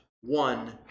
one